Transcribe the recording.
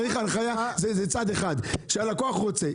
צריך הנחיה, זה צד אחד, כשהלקוח רוצה.